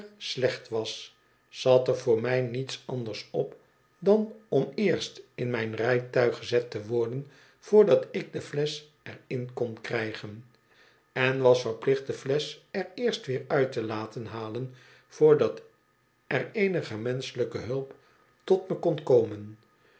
slecht was zat er voor mij niets anders op dan om eerst in mijn rijtuig gezet te worden voordat ik de flesch er in kon krijgen en was verplicht de flesch er eerst weer uit te laten halen voordat er eenige menschelijke hulp tot me kon komen